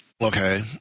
Okay